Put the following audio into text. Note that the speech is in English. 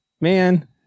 man